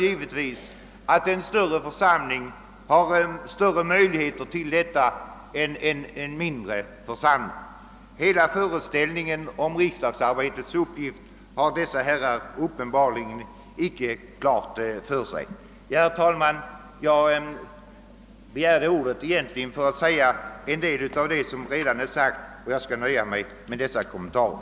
Givetvis har en större församling större möjligheter att göra det än en mindre församling. Dessa herrar har uppenbarligen icke klart för sig vilka uppgifter riksdagsarbetet omfattar. Herr talman! Jag begärde ordet egentligen för att säga en del av vad som redan är sagt. Jag skall nöja mig med dessa kommentarer.